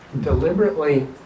Deliberately